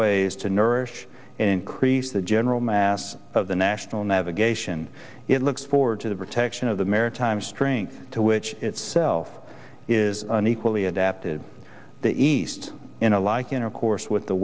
ways to nourish increase the general mass of the national navigation it looks forward to the protection of the maritime strength to which itself is an equally adapted to the east in a like intercourse with the